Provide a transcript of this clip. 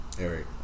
Eric